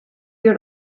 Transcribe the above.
your